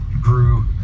grew